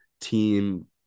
team